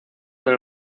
del